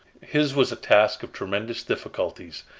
his was a task of tremendous difficulties,